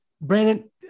brandon